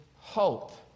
hope